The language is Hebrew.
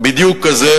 בדיוק כזה.